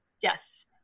Yes